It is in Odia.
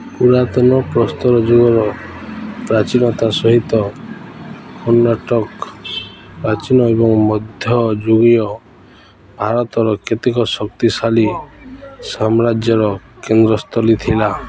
ପୁରାତନ ପ୍ରସ୍ତର ଯୁଗର ପ୍ରାଚୀନତା ସହିତ କର୍ଣ୍ଣାଟକ ପ୍ରାଚୀନ ଏବଂ ମଧ୍ୟଯୁଗୀୟ ଭାରତର କେତେକ ଶକ୍ତିଶାଳୀ ସାମ୍ରାଜ୍ୟର କେନ୍ଦ୍ରସ୍ଥଳୀ ଥିଲା